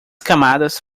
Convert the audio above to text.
camadas